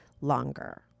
longer